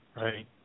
Right